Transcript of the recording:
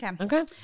Okay